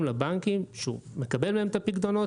לבנקים שהוא מקבל מהם את הפיקדונות,